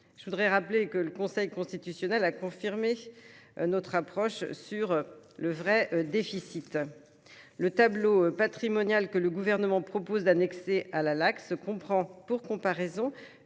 Je rappelle que le Conseil constitutionnel a confirmé notre approche sur le « vrai » déficit. Le tableau patrimonial que le Gouvernement propose d’annexer à la Lacss comprend, pour comparaison,